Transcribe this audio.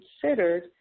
considered